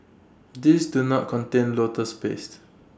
these do not contain lotus paste